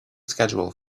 schedule